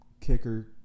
kicker